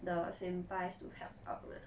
the same fives to help out mah